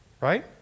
right